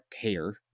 hair